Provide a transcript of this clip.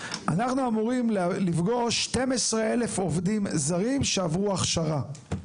אנחנו אמורים לפגוש 12,000 עובדים זרים שעברו הכשרה.